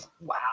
wow